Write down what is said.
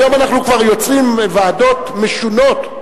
היום אנחנו כבר יוצרים ועדות משונות,